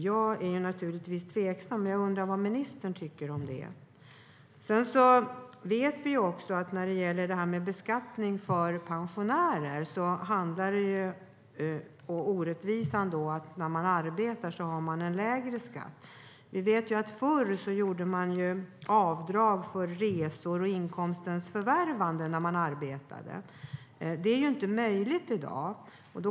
Jag är naturligtvis tveksam, men jag undrar vad ministern tycker om detta. Sedan vet vi att när det gäller beskattning av pensionärer handlar orättvisan om att man betalar lägre skatt när man arbetar. Förr gjorde man avdrag för resor för inkomstens förvärvande när man arbetade. Det är inte möjligt i dag.